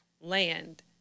land